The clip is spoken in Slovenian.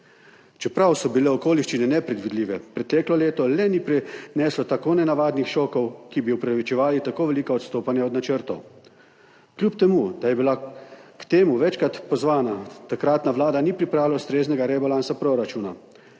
Čeprav so bile okoliščine nepredvidljive, preteklo leto le ni prineslo tako nenavadnih šokov, ki bi upravičevali tako velika odstopanja od načrtov. Kljub temu da je bila k temu večkrat pozvana, takratna vlada ni pripravila ustreznega rebalansa proračuna.